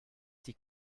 die